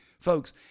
Folks